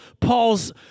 Paul's